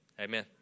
amen